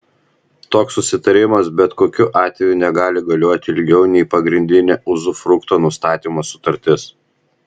toks susitarimas bet kokiu atveju negali galioti ilgiau nei pagrindinė uzufrukto nustatymo sutartis